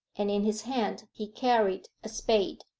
and in his hand he carried a spade.